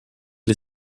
les